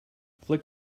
flick